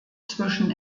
zwischen